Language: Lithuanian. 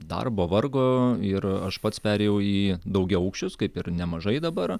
darbo vargo ir aš pats perėjau į daugiaaukščius kaip ir nemažai dabar